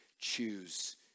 choose